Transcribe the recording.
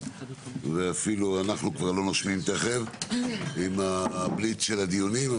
ואפילו אנחנו כבר לא נושמים תכף עם הבליץ' של הדיונים,